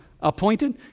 appointed